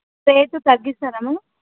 రేట్లు తగ్గిస్తారా మ్యాడం